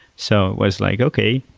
so it was like, okay,